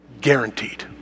Guaranteed